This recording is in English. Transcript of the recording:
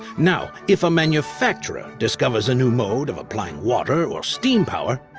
now, if a manufacturer discovers a new mode of applying water or steam power.